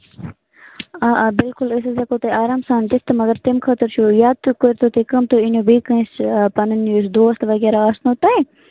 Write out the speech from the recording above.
آ آ بِلکُل أسۍ حظ ہیٚکو تۄہہِ آرام سان دِتھ تہٕ مگر تَمہِ خٲطرٕ چھُو یا تہِ کٔرۍزیٚو تُہۍ کٲم تُہی أنِو بیٚیہِ کٲنٛسہِ آ پَنٕنۍ دوست وغیرہ آسنَو تۄہہِ